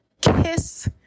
kiss